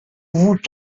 vous